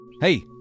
Hey